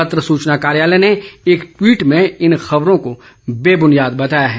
पत्र सूचना कार्यालय ने एक ट्वीट में इन खबरों को बेबुनियाद बताया है